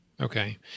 okay